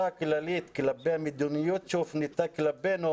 הכללית כלפי מדיניות שהופנתה כלפינו,